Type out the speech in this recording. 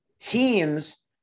Teams